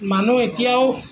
মানুহ এতিয়াও